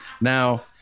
Now